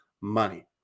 money